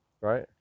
right